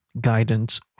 Guidance